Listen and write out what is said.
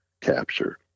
capture